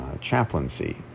chaplaincy